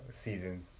season